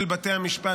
של בתי המשפט,